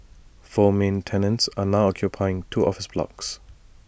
four main tenants are now occupying two office blocks